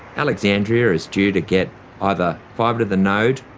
alexandria is due to get either fibre-to-the-node,